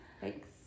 Thanks